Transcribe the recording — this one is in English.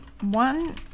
one